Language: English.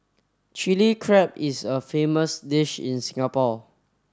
Chilli Crab is a famous dish in Singapore